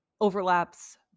overlaps